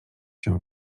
się